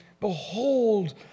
behold